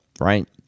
right